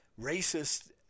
racist